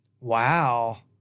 Wow